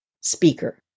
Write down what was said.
speaker